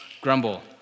grumble